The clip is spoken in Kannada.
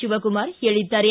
ಶಿವಕುಮಾರ್ ಹೇಳಿದ್ದಾರೆ